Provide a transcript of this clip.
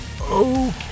okay